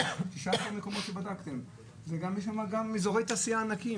כלומר יש תקן רגיל,